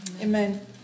Amen